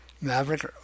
Maverick